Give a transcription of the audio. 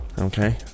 Okay